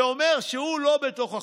זה אומר שהוא לא בתוך החוק.